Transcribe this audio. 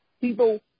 people